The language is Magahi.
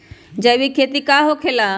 जैविक खेती का होखे ला?